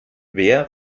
wer